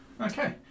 Okay